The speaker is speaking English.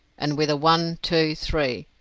and with a one! two! three!